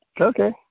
Okay